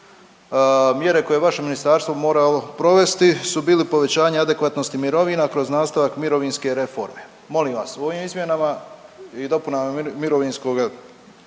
Mjere koje vaše ministarstvo mora provesti su bili povećanje adekvatnosti mirovina kroz nastavak mirovinske reforme. Molim vas, u ovim izmjenama i dopunama mirovinskoga